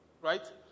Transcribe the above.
right